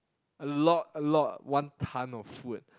a lot a lot one tonne of food